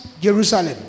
Jerusalem